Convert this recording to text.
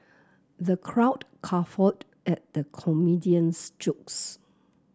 the crowd guffawed at the comedian's jokes